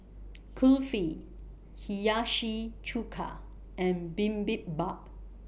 Kulfi Hiyashi Chuka and Bibimbap